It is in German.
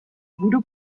voodoo